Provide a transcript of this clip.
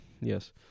Yes